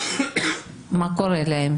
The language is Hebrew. מה קורה להם?